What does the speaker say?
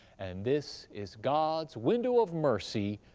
and this is, god's window of mercy,